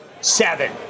Seven